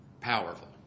Powerful